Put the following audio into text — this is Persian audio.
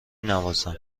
نوازم